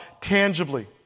tangibly